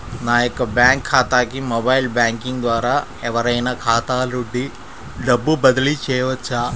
నా యొక్క బ్యాంక్ ఖాతాకి మొబైల్ బ్యాంకింగ్ ద్వారా ఎవరైనా ఖాతా నుండి డబ్బు బదిలీ చేయవచ్చా?